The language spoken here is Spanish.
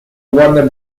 warner